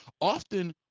Often